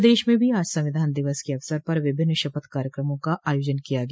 प्रदेश में भी आज संविधान दिवस के अवसर पर विभिन्न शपथ कार्यक्रमों का आयोजन किया गया